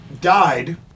died